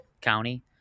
County